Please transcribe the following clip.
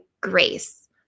grace